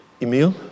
Emil